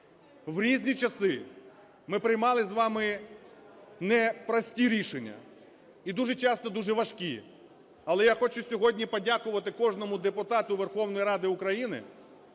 В різні часи ми приймали з вами непрості рішення, і дуже часто дуже важкі. Але я хочу сьогодні подякувати кожному депутату Верховної Ради України,